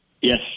Yes